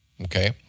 okay